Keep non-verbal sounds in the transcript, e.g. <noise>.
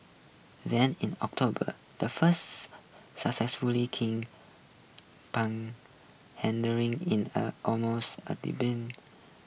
then in October the first <noise> successful king penguin handering in a almost a <unintelligible>